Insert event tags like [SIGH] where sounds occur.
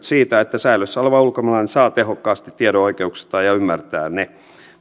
[UNINTELLIGIBLE] siitä että säilössä oleva ulkomaalainen saa tehokkaasti tiedon oikeuksistaan ja ymmärtää ne